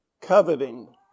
Coveting